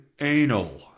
anal